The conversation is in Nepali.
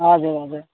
हजुर हजुर